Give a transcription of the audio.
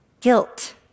guilt